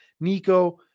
Nico